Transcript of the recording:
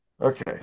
Okay